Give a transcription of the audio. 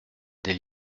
des